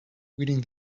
reading